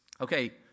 Okay